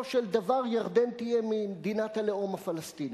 של דבר ירדן תהיה מדינת הלאום הפלסטיני.